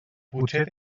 potser